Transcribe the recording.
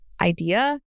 idea